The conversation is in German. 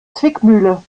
zwickmühle